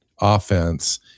offense